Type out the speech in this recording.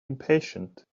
impatient